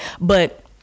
But-